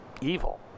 evil